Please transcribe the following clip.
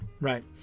right